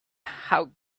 how